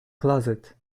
closet